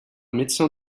médecin